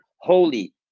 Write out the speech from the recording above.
holy